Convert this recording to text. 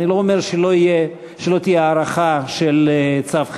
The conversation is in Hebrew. אני לא אומר שלא תהיה הארכה של צו חירום,